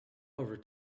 over